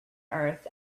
earth